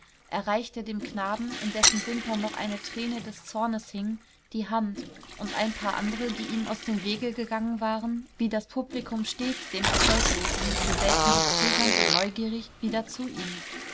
reichte dem knaben in dessen wimpern noch eine träne des zornes hing die hand und ein paar andere die ihm aus dem wege gegangen waren wie das publikum stets dem erfolglosen gesellten sich zögernd und neugierig wieder zu ihm